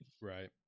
right